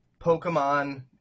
pokemon